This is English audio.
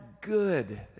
good